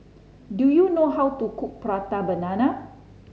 do you know how to cook Prata Banana